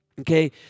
okay